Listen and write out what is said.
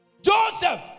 Joseph